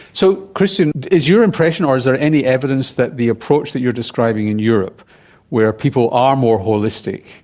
so christian, is your impression, or is there any evidence that the approach that you're describing in europe where people are more holistic,